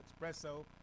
espresso